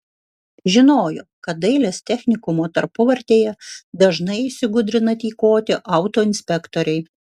žinojo kad dailės technikumo tarpuvartėje dažnai įsigudrina tykoti autoinspektoriai